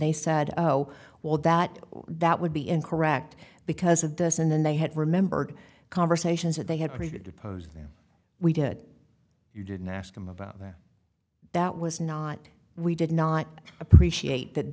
they said oh well that that would be incorrect because of this and then they had remembered conversations that they had prepared to pose them we did you didn't ask them about that that was not we did not appreciate tha